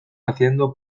haciendo